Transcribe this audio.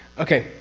okay.